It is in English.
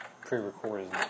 pre-recorded